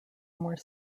more